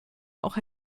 auch